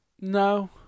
no